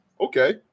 Okay